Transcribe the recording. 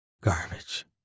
Garbage